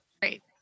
great